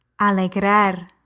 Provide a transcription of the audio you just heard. Alegrar